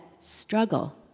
struggle